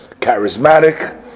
charismatic